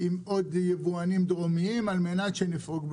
עם עוד יבואנים דרומיים על מנת שנפרוק לאשדוד.